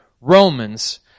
Romans